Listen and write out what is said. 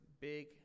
big